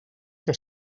que